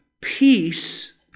peace